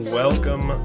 welcome